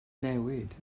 newid